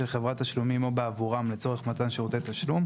חברת תשלומים או בעבורם לצורך מתן שירותי תשלום,